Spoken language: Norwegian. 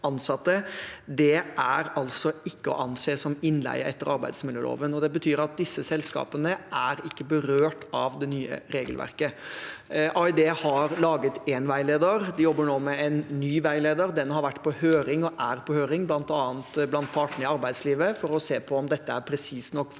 er altså ikke å anse som innleie etter arbeidsmiljøloven. Det betyr at disse selskapene ikke er berørt av det nye regelverket. AID har laget én veileder, og de jobber nå med en ny veileder. Den har vært på høring – og er på høring – bl.a. blant partene i arbeidslivet, for å se på om dette er presist nok